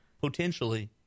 potentially